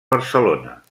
barcelona